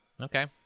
Okay